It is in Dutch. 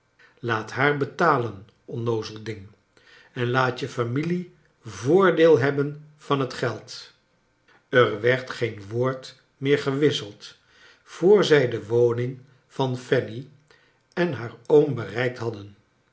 laat haar betalen onnoozel ding en laat je familie voordeel hebben van het geld er werd geen woord meer gewisseld voor zij de woning van fanny en haar oom bereikt hadden